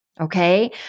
Okay